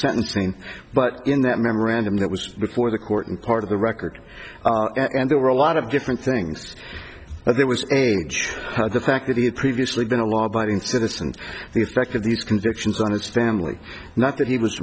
sentencing but in that memorandum that was before the court and part of the record and there were a lot of different things there was age the fact that he had previously been a law abiding citizen the effect of these convictions on his family not that he was